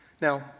Now